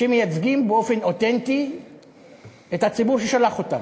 שמייצגים באופן אותנטי את הציבור ששלח אותם.